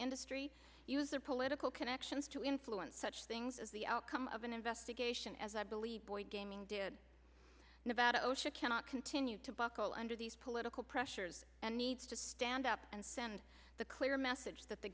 industry use their political connections to influence such things as the outcome of an investigation as i believe boyd gaming did nevada osha cannot continue to buckle under these political pressures and needs to stand up and send the clear message that the